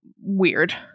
weird